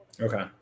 Okay